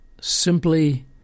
simply